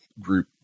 group